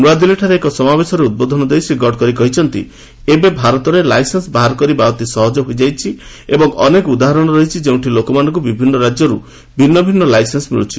ନୁଆଦିଲ୍ଲୀଠାରେ ଏକ ସମାବେଶରେ ଉଦ୍ବୋଧନ ଦେଇ ଶ୍ରୀ ଗଡ଼କରୀ କହିଛନ୍ତି ଏବେ ଭାରତରେ ଲାଇସେନୁ ବାହାର କରିବା ଅତି ସହଜ ହୋଇଯାଇଛି ଏବଂ ଅନେକ ଉଦାହରଣ ରହିଛି ଯେଉଁଠି ଲୋକମାନଙ୍କୁ ବିଭିନ୍ନ ରାଜ୍ୟରୁ ଭିନ୍ନଭିନ୍ନ ଲାଇସେନ୍ସ ମିଳିଛି